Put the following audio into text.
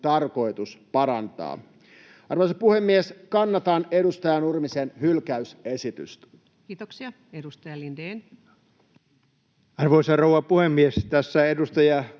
tarkoitus parantaa. Arvoisa puhemies! Kannatan edustaja Nurmisen hylkäysesitystä. Kiitoksia. — Edustaja Lindén. Arvoisa rouva puhemies! Tässä edustajakollega